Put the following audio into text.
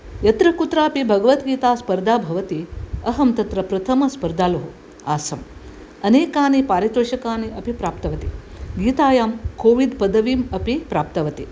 यत्र कुत्रापि भगवद्गीता स्पर्धा भवति अहं तत्र प्रथमस्पर्धालुः आसम् अनेकानि पारितोषकानि अपि प्राप्तवती गीतायां कोविदपदवीम् अपि प्राप्तवती